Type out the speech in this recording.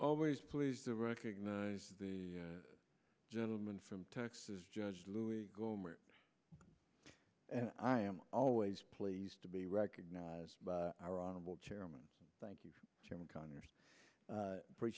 always pleased to recognize the gentleman from texas judge lewis and i am always pleased to be recognized by our honorable chairman thank you